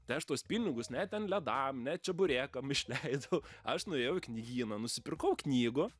tai aš tuos pinigus ne ten ledam ne čeburekam išleidau aš nuėjau į knygyną nusipirkau knygų